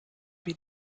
wie